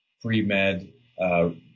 pre-med